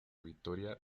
vitoria